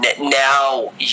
Now